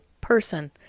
person